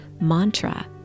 mantra